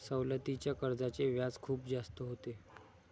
सवलतीच्या कर्जाचे व्याज खूप जास्त होते